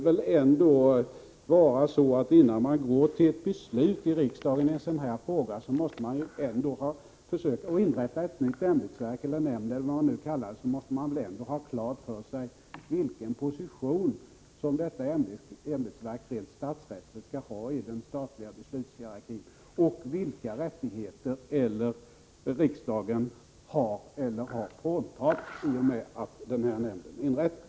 Innan riksdagen går till ett beslut i en fråga om att inrätta ett nytt ämbetsverk eller nämnd eller vad man nu kallar det, måste vi väl ändå ha klart för oss vilken position som detta ämbetsverk rent statsrättsligt skall ha i den statliga beslutshierarkin och vilka rättigheter riksdagen har eller har fråntagits i och med att nämnden inrättas.